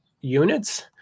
units